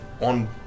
on